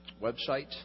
website